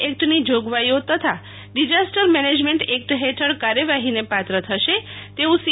એકટની જોગવાઇઓતથા disaster management act હેઠળ કાર્યવાહીને પાત્ર થશે તેવું સી